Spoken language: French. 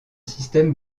système